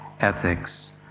Ethics